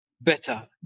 better